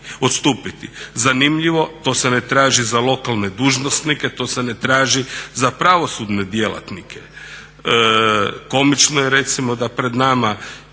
odstupiti. Zanimljivo, to se ne traži za lokalne dužnosnike, to se ne traži za pravosudne djelatnike. Komično je recimo da pred nama